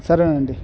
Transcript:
సరేనండి